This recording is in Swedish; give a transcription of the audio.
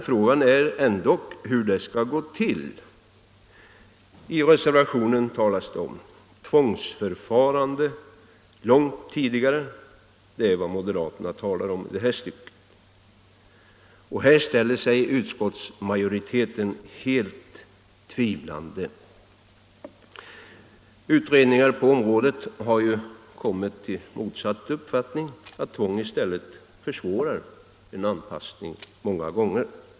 Frågan är ändock hur det skall gå till. I reservationen talas det om tvångsförfarande på ett långt tidigare stadium. Det är vad moderaterna talar om i det här stycket. Här ställer sig utskottsmajoriteten helt tvivlande. Utredningar på området har kommit till motsatt uppfattning, nämligen att tvång många gånger i stället försvårar en anpassning.